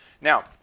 now